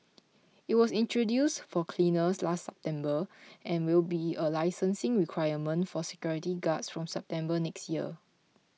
it was introduced for cleaners last September and will be a licensing requirement for security guards from September next year